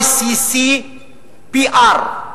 ICCPR,